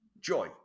joy